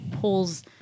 pulls